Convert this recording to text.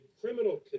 criminal